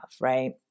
right